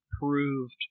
proved